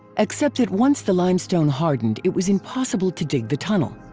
except that once the limestone hardened it was impossible to dig the tunnel.